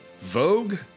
Vogue